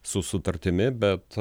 su sutartimi bet